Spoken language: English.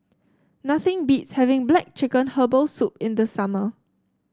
nothing beats having black chicken Herbal Soup in the summer